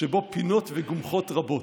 שבו פינות וגומחות רבות.